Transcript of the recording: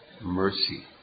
mercy